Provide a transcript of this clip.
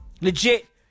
Legit